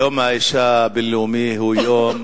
יום האשה הבין-לאומי הוא יום